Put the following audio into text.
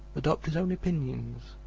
adopt his own opinions,